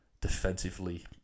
defensively